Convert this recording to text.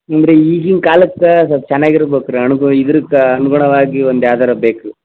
ಅಂದರೆ ಈಗಿನ ಕಾಲಕ್ಕ ಸೊಲ್ಪ ಚೆನ್ನಾಗಿರ್ಬೇಕು ರೀ ಅಣ್ಗು ಇದರಕ್ಕ ಅನುಗುಣವಾಗಿ ಒಂದು ಯಾವ್ದಾರ ಬೇಕು ರೀ